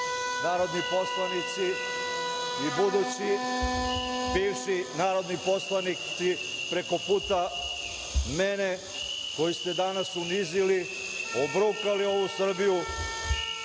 narodni poslanici i budući bivši narodni poslanici preko puta mene koji ste danas unizili, obrukali ovu Srbiju,